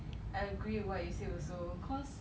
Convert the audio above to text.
I agree with what you say also cause